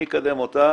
אני אקדם אותה